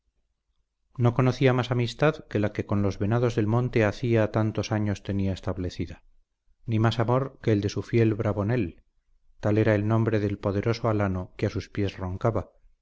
no conocía más amistad que la que con los venados del monte hacía tantos años tenía establecida ni más amor que el de su fiel bravonel tal era el nombre del poderoso alano que a sus pies roncaba